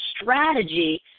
strategy